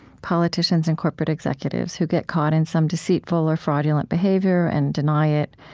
politicians, and corporate executives who get caught in some deceitful or fraudulent behavior, and deny it.